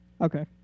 Okay